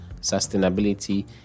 sustainability